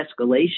escalation